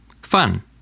fun